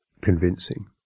convincing